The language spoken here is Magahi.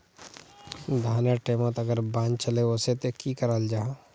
धानेर टैमोत अगर बान चले वसे ते की कराल जहा?